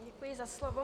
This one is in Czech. Děkuji za slovo.